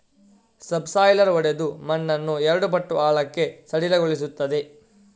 subsoiler ಒಡೆದು ಮಣ್ಣನ್ನು ಎರಡು ಪಟ್ಟು ಆಳಕ್ಕೆ ಸಡಿಲಗೊಳಿಸುತ್ತದೆ